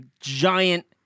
giant